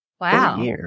Wow